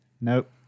Nope